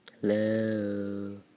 Hello